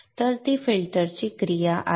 तर ती फिल्टरची क्रिया आहे